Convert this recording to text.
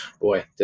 boy